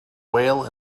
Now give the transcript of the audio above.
whale